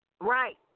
Right